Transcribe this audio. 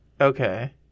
Okay